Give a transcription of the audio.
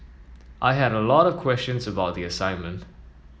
I had a lot of questions about the assignment